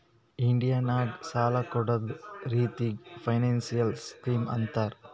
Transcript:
India ನಾಗ್ ಸಾಲ ಕೊಡ್ಡದ್ ರಿತ್ತಿಗ್ ಫೈನಾನ್ಸಿಯಲ್ ಸ್ಕೀಮ್ ಅಂತಾರ್